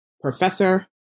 professor